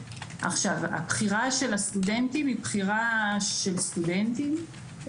הבחירה של הסטודנטים היא בחירה של סטודנטים,